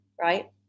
Right